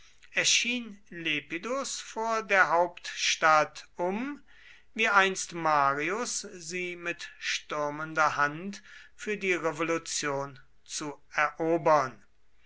erschien lepidus vor der hauptstadt um wie einst marius sie mit stürmender hand für die revolution zu erobern